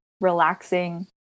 relaxing